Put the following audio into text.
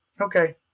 okay